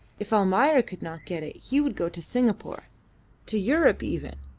if almayer could not get it he would go to singapore to europe even,